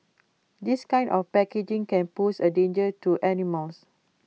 this kind of packaging can pose A danger to animals